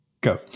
go